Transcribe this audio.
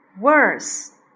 Worse